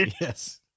Yes